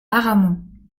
aramon